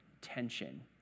tension